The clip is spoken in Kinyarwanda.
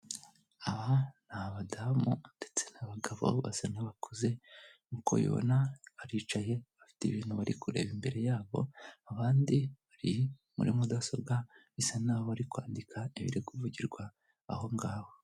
Aba ni abadamu ndetse n'abagabo basa n'abakuze, nk'uko ubibona baricaye bafite ibintu bari kureba imbere yabo, abandi bari muri mudasobwa, bisa n'aho bari kwandika ibiri kuvugirwa aho ngaho.